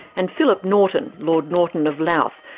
and phillip norton, lord norton of louth,